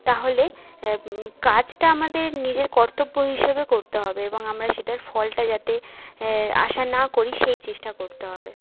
তাহলে কাজটা আমাদের নিজের কর্তব্য হিসেবে করতে হবে এবং আমরা সেটার ফলটা যাতে আশা না করি সেই চেষ্টা করতে হবে